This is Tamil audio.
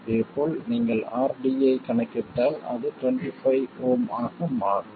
இதேபோல் நீங்கள் rD ஐக் கணக்கிட்டால் அது 25 Ω ஆக மாறும்